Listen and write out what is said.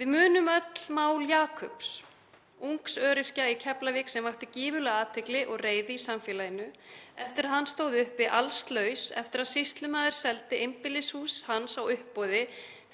Við munum öll eftir máli Jakubs, ungs öryrkja í Keflavík, sem vakti gífurlega athygli og reiði í samfélaginu eftir að hann stóð uppi allslaus eftir að sýslumaður seldi einbýlishús hans á uppboði